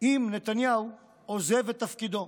אם נתניהו עוזב את תפקידו.